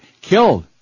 killed